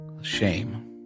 Shame